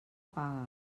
paga